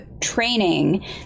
training